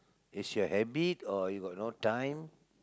is your habit or you got no time